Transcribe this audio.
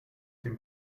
dem